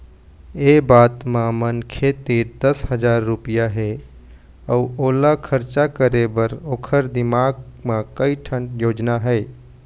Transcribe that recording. ए बात म मनखे तीर दस हजार रूपिया हे अउ ओला खरचा करे बर ओखर दिमाक म कइ ठन योजना हे